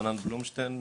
חנן בלומשטיין,